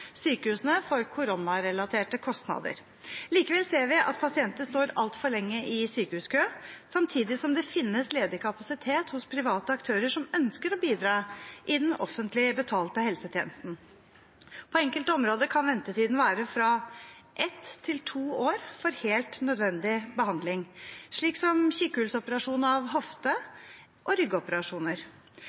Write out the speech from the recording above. sykehusene for koronarelaterte kostnader. Likevel ser vi at pasientene står altfor lenge i sykehuskø, samtidig som det finnes ledig kapasitet hos private aktører som ønsker å bidra i den offentlig betalte helsetjenesten. På enkelte områder kan ventetiden være fra ett til to år for helt nødvendig behandling, slik som kikhullsoperasjon av hofte og